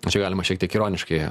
čia galima šiek tiek ironiškai